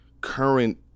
current